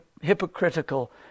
hypocritical